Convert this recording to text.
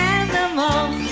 animals